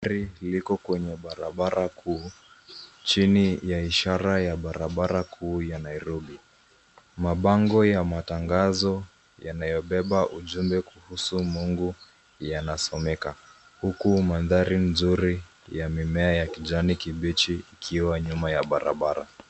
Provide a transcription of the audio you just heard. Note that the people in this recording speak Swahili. Gari liko kwenye barabara kuu chini ya ishara ya barabara kuu ya Nairobi, mabango ya matangazo yanayobeba ujumbe kuhusu Mungu yanasomeka , huku mandhari nzuri ya mimea ya kijani kibichi ikiwa nyuma ya barabara.